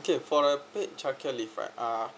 okay for the paid childcare leave right uh